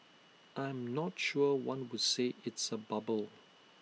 I am not sure one would say it's A bubble